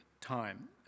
time